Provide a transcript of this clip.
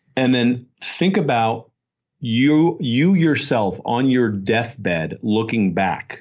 and then think about you you yourself on your deathbed looking back